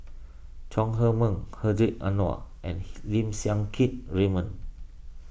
Chong Heman Hedwig Anuar and Lim Siang Keat Raymond